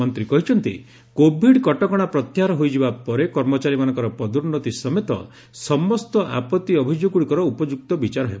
ମନ୍ତ୍ରୀ କହିଛନ୍ତି କୋଭିଡ୍ କଟକଣା ପ୍ରତ୍ୟାହାର ହୋଇଯିବା ପରେ କର୍ମଚାରୀମାନଙ୍କର ପଦୋନୃତି ସମେତ ସମସ୍ତ ଆପତ୍ତି ଅଭିଯୋଗଗୁଡ଼ିକର ଉପଯୁକ୍ତ ବିଚାର ହେବ